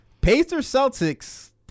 Pacers-Celtics